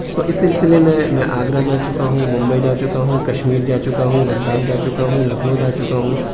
تو اس سلسلے میں میں آگرہ جا چکا ہوں ممبئی جا چکا ہوں کشمیر جا چکا ہوں لداخ جا چکا ہوں لکھنؤ جا چکا ہوں